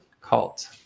cult